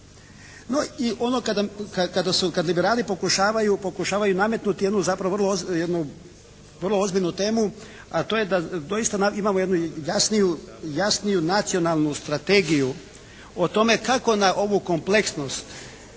No i kada liberali pokušavaju nametnuti jednu vrlo ozbiljnu temu, a to je da doista imamo jednu jasniju nacionalnu strategiju o tome kako na ovu kompleksnost